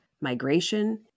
migration